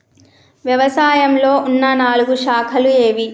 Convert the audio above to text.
వ్యవసాయంలో ఉన్న నాలుగు శాఖలు ఏవి?